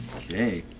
okay.